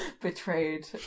betrayed